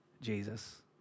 Jesus